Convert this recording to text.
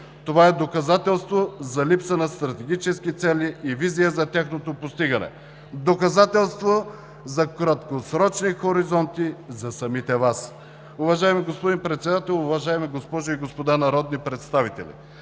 Това е доказателство за липса на стратегически цели и визия за тяхното постигане, доказателство за краткосрочни хоризонти за самите Вас. Уважаеми господин Председател, уважаеми дами и господа народни представители!